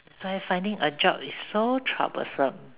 that's why finding a job is so troublesome